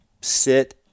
Sit